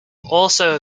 also